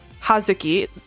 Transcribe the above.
Hazuki